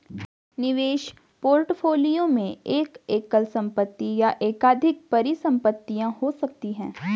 निवेश पोर्टफोलियो में एक एकल संपत्ति या एकाधिक परिसंपत्तियां हो सकती हैं